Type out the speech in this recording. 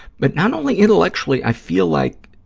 but not only intellectually, i feel like